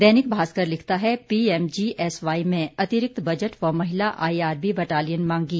दैनिक भास्कर लिखता है पीएमजीएसवाई में अतिरिक्त बजट व महिला आईआरबी बटालियन मांगी